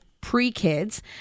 pre-kids